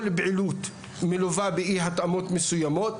כל פעילות מלווה באי-התאמות מסוימות,